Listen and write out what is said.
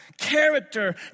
character